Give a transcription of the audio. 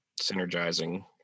synergizing